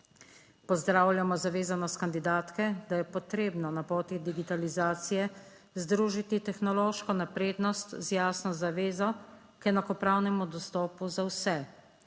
Pozdravljamo zavezanost kandidatke, da je potrebno na poti digitalizacije združiti tehnološko naprednost z jasno zavezo k enakopravnemu dostopu za vse.